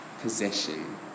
possession